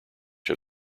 had